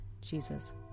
Jesus